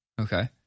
okay